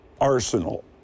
arsenal